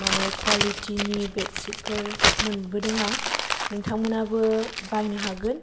माने क्वालिटिनि बेडशितफोर मोनबोदों आं नोंथांमोनहाबो बायनो हागोन